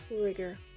rigor